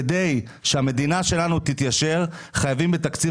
כדי שהמדינה שלנו תתיישר חייבים בתקציב